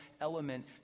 element